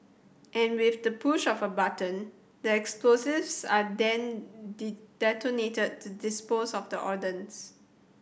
and with the push of a button the explosives are then detonated to dispose of the ordnance